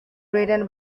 written